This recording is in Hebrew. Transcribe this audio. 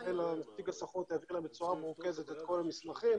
ונציג הסוכנות העביר להם בצורה מרוכזת את כל המסמכים.